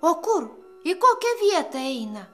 o kur į kokią vietą eina